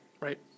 Right